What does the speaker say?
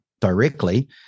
directly